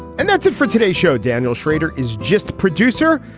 and that's it for today's show. daniel shrader is just producer,